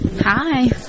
Hi